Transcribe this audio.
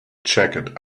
jacket